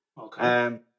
Okay